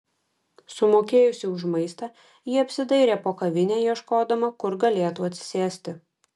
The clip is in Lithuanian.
sumokėjusi už maistą ji apsidairė po kavinę ieškodama kur galėtų atsisėsti